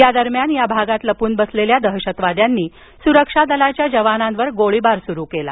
या दरम्यान या भागात लपून बसलेल्या दहशतवाद्यांनी सुरक्षा दलांच्या जवानांवर गोळीबार सुरु केला